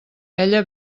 ella